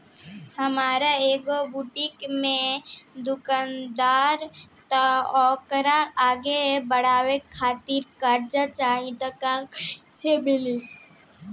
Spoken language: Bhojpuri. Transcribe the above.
हमार एगो बुटीक के दुकानबा त ओकरा आगे बढ़वे खातिर कर्जा चाहि त कइसे मिली?